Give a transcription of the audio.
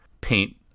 paint